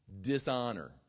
dishonor